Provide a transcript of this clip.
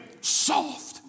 Soft